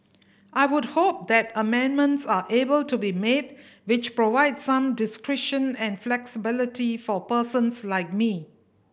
I would hope that amendments are able to be made which provide some discretion and flexibility for persons like me